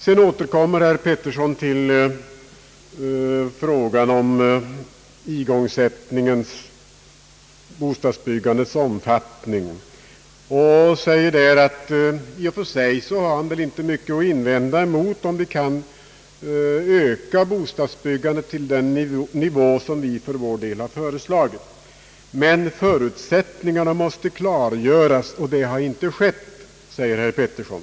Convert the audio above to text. Herr Petersson återkom till frågan om hostadsbyggandets omfattning och sade att han i och för sig inte har mycket att invända, om vi kan öka bostadsbyggandet till den nivå som vi föreslagit. Emellertid måste förutsättningarna klargöras, och det har inte skett, sade herr Petersson.